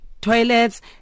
toilets